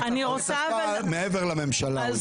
התכוון הוספה מעבר לממשלה.